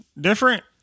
different